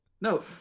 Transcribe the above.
No